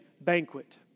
banquet